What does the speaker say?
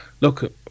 look